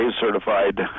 certified